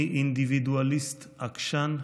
"אני אינדיבידואליסט עקשן,